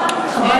זאב.